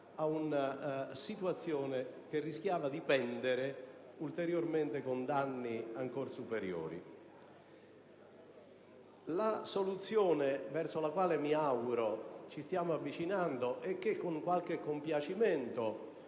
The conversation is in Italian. ad una situazione che rischiava di pendere ulteriormente con danni ancor superiori. La soluzione verso la quale mi auguro ci stiamo avvicinando e che con qualche compiacimento